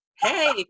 hey